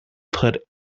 put